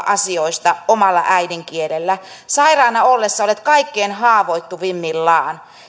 asioista omalla äidinkielellään sairaana ollessasi olet kaikkein haavoittuvimmillasi